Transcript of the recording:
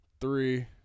three